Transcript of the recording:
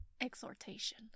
exhortation